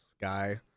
guy